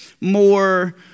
more